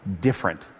different